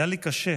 היה לי קשה.